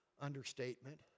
understatement